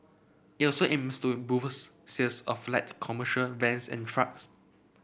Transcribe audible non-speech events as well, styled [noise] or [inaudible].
it also aims to [unintelligible] sales of light commercial vans and trucks